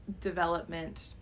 development